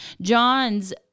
John's